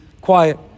quiet